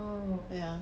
ya